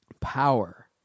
power